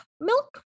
milk